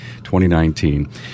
2019